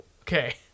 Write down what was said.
Okay